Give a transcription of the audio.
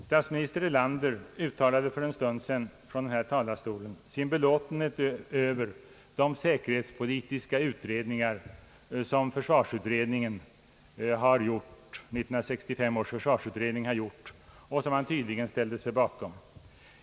Statsminister Erlander uttalade för en stund sedan från den här talarstolen sin belåtenhet över de säkerhetspolitiska utredningar som 1965 års försvarsutredning har gjort och som han tydligen ställde sig bakom.